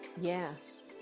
Yes